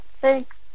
Thanks